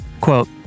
quote